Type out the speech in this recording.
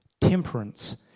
Temperance